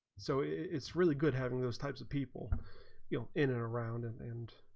so it's really good having those types of people you know in and around and and